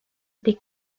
des